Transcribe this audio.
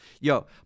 Yo